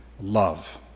love